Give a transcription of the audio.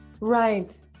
right